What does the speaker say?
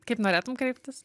kaip norėtum kreiptis